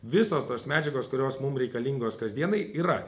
visos tos medžiagos kurios mum reikalingos kasdienai yra